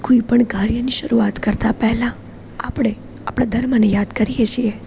કોઈ પણ કાર્યની શરૂઆત કરતાં પહેલાં આપણે આપણા ધર્મને યાદ કરીએ છીએ